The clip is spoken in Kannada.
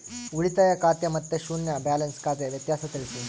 ಉಳಿತಾಯ ಖಾತೆ ಮತ್ತೆ ಶೂನ್ಯ ಬ್ಯಾಲೆನ್ಸ್ ಖಾತೆ ವ್ಯತ್ಯಾಸ ತಿಳಿಸಿ?